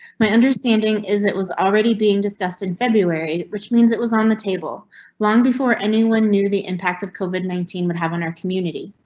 my understanding is it was already being discussed in february, which means it was on the table long before anyone knew the impact of covid nineteen would have on our community.